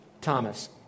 Thomas